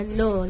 no